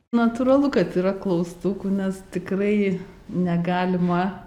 natūralu kad yra klaustukų nes tikrai negalima